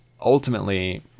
ultimately